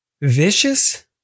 Vicious